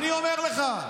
אני אומר לך.